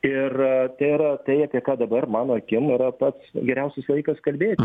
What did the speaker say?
ir tėra tai apie ką dabar mano akim yra pats geriausias laikas kalbėti